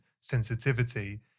sensitivity